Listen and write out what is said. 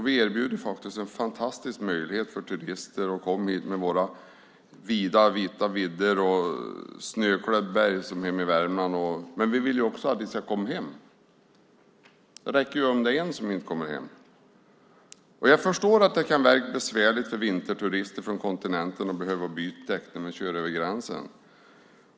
Vi erbjuder en fantastisk möjlighet för turister att komma hit, till våra vita vidder och snöklädda berg, som hemma i Värmland. Men vi vill också att de ska komma hem - det räcker om det är en som inte kommer hem. Jag förstår att det kan verka besvärligt för vinterturister från kontinenten att behöva byta däck innan de kör över gränsen.